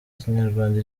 ikinyarwanda